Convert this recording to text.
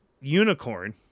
unicorn